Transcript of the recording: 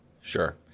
Sure